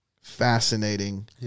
fascinating